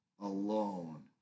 alone